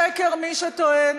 משקר מי שטוען